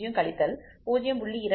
0 கழித்தல் 0